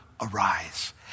arise